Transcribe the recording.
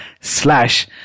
slash